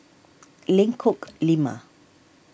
Lengkok Lima